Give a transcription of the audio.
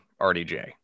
RDJ